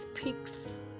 speaks